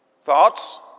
thoughts